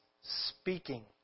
speaking